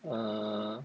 err